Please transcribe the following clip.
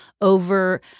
over